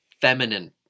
feminine